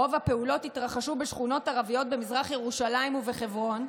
רוב הפעולות התרחשו בשכונות ערביות במזרח ירושלים ובחברון,